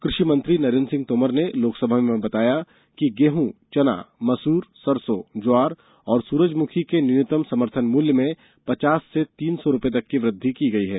कृषि मंत्री नरेन्द्र सिंह तोमर ने लोकसभा में बताया कि गेहूं चना मसूर सरसों ज्वार और सुरजमुखी के न्यूनतम समर्थन मूल्य में पचास से तीन सौ रुपये तक की वृद्धि की गयी है